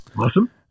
Awesome